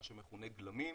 מה שמכונה גלמים,